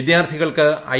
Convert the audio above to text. വിദ്യാർത്ഥികൾക്ക് ഐ